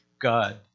God